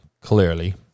clearly